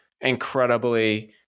incredibly